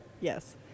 Yes